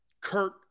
Kurt